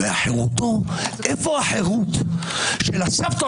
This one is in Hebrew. וחירותו איפה החירות של הסבתות